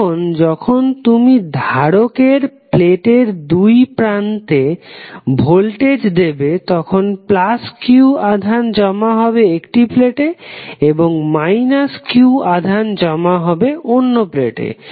এখন যখন তুমি ধারকের প্লেটের দুই প্রান্তে ভোল্টেজ দেবে তখন q আধান জমা হবে একটি প্লেটে এবং q আধান জমা হবে অন্য প্লেটে